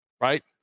right